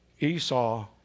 Esau